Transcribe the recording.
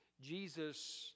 Jesus